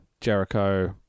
Jericho